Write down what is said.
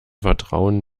vertrauen